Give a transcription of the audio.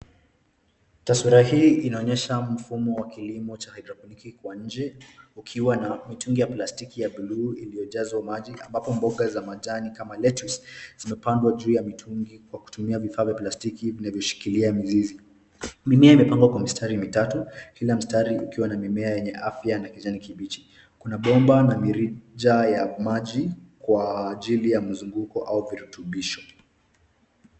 Taswira hii inaonyesha mfumo wa kilimo cha haidroponiki kwa nje, ikiwa na mitungi ya plastiki ya buluu iliyojazwa maji ambapo mboga za majani kama lettuce zimepandwa juu ya mitungi kwa kutumia vifaa vya plastiki vinavyoshikilia mizizi. Mimea imepangwa kwa mistari mitatu, kila mstari ukiwa na mimea yenye afya na kijani kibichi. Kuna bomba na mirija ya maji kwa ajili ya mzunguko au virutubisho.